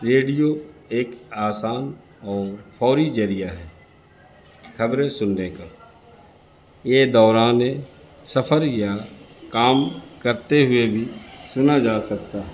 radio ایک آسان اور فوری ذریعہ ہے خبریں سننے کا یہ دوران سفر یا کام کرتے ہوئے بھی سنا جا سکتا ہے